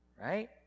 right